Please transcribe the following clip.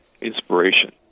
inspiration